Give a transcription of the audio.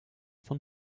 von